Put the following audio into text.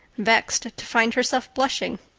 vexed to find herself blushing.